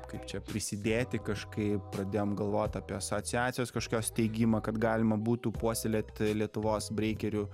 kaip čia prisidėti kažkaip pradėjom galvot apie asociacijos kažkokios steigimą kad galima būtų puoselėti lietuvos breikerių